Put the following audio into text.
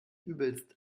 übelst